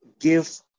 give